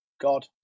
God